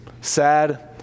sad